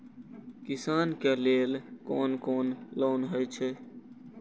किसान के लेल कोन कोन लोन हे छे?